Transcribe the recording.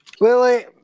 Lily